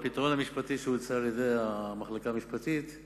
הפתרון המשפטי שהוצע על-ידי המחלקה המשפטית הוא